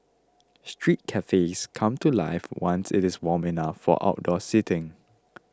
street cafes come to life once it is warm enough for outdoor seating